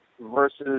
versus